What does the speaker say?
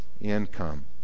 income